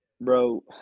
bro